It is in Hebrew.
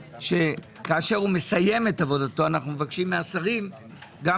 שכאשר הוא מסיים עבודתו אנו מבקשים גם משר